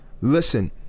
Listen